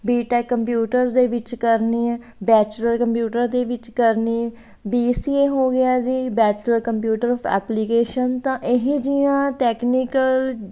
BTech computer ਦੇ ਵਿੱਚ ਕਰਨੀ ਹੈ ਬੈਚਲਰ ਕੰਪਿਊਟਰ ਦੇ ਵਿੱਚ ਕਰਨੀ ਬੀ ਸੀ ਏ ਹੋ ਗਿਆ ਜੀ ਬੈਚਲਰ ਕੰਪਿਊਟਰ ਔਫ ਐਪਲੀਕੇਸ਼ਨ ਤਾਂ ਇਹ ਜਿਹੀਆਂ ਟੈਕਨੀਕਲ